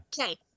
Okay